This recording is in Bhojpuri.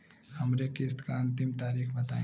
हमरे किस्त क अंतिम तारीख बताईं?